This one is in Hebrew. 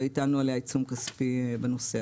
והטלנו עליה עיצום כספי בנושא הזה.